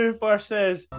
versus